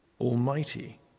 Almighty